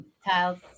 Tiles